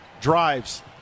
Drives